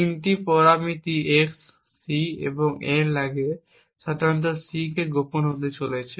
তিনটি পরামিতি x c এবং n লাগে সাধারণত c গোপন হতে চলেছে